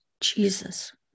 Jesus